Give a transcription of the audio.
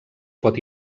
pot